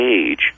age